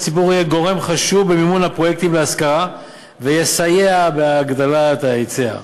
הציבור יהיה גורם חשוב במימון הפרויקטים להשכרה ויסייע בהגדלת ההיצע.